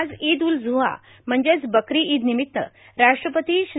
आज ईद उल जुहा म्हणजेच बकरी ईद निमित्त राष्ट्रपती श्री